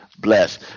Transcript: Bless